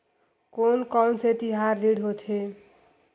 कोन कौन से तिहार ऋण होथे?